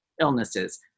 illnesses